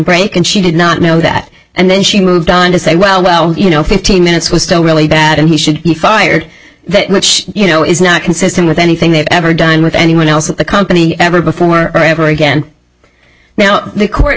break and she did not know that and then she moved on to say well you know fifteen minutes was still really bad and he should be fired which you know is not consistent with anything they've ever done with anyone else at the company ever before or ever again now the court